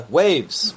waves